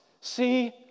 See